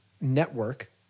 network